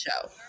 show